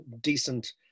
decent